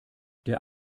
der